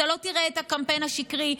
אתה לא תראה את הקמפיין השקרי,